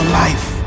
life